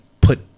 put